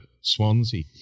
Swansea